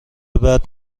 بعد